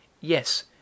Yes